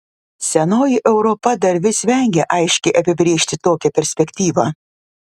senoji europa dar vis vengia aiškiai apibrėžti tokią perspektyvą